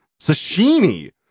Sashimi